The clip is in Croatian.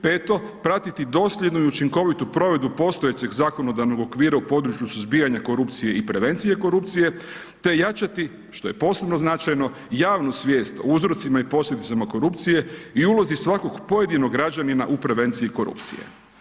Peto, pratiti dosljedno i učinkovito provedbu postojećeg zakonodavnog okvira u području suzbijanja korupcija i prevencije korupcije te jačati, što je posebno značajno, javnu svijest o uzrocima i posljedicama korupcije i ulozi svakog pojedinog građanina u prevenciji korupcije.